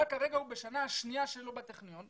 כרגע הוא בשנה הראשונה שלו בטכניון,